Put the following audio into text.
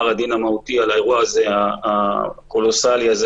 הדין המהותי על האירוע הקולוסלי הזה,